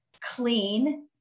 clean